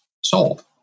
sold